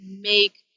make